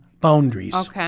boundaries